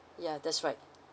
yeah that's right